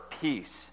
peace